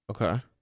Okay